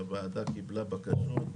והוועדה קיבלה בקשות,